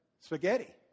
Spaghetti